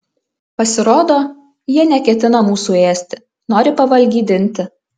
pasirodo jie neketina mūsų ėsti nori pavalgydinti